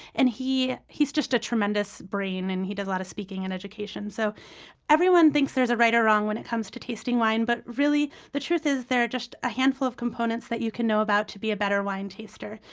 and he's just a tremendous brain and he does a lot of speaking and education. so everyone thinks there's a right or wrong when it comes to tasting wine, but really, the truth is there are just a handful of components that you can know about to be a better wine taster.